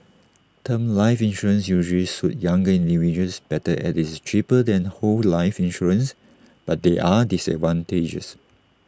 term life insurance usually suit younger individuals better as IT is cheaper than whole life insurance but there are disadvantages